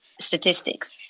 statistics